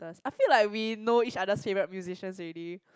I feel like we know each others favourite musicians already